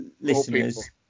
listeners